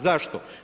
Zašto?